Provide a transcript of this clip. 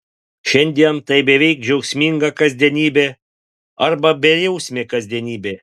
šiandien tai beveik džiaugsminga kasdienybė arba bejausmė kasdienybė